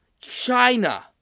China